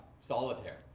Solitaire